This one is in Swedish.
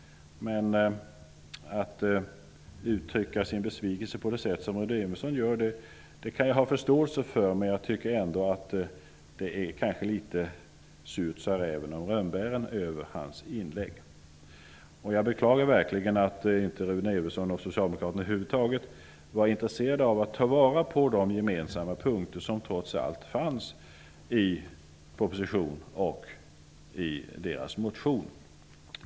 Att uttrycka sin besvikelse på det sätt som Rune Evensson gjorde kan jag ha förståelse för, men jag tycker att det är litet av ''Surt, sa räven om rönnbären'' över hans inlägg. Jag beklagar verkligen att inte Rune Evensson och socialdemokraterna över huvud taget var intresserade av att ta vara på det gemensamma som trots allt fanns i propositionen och socialdemokraternas motion.